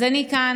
אז אני כאן,